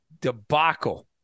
debacle